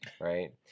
right